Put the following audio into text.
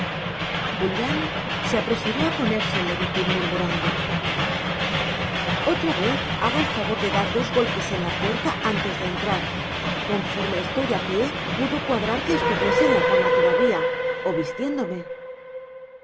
a ponerse el levitín murmurando otra vez haga el favor de dar dos golpes en la puerta antes de entrar conforme estoy a pie pudo cuadrar que estuviese en la cama todavía o vistiéndome